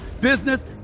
business